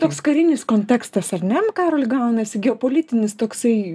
toks karinis kontekstas ar ne karoli gaunasi geopolitinis toksai